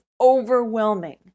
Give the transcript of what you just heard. overwhelming